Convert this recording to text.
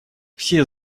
все